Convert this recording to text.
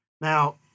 Now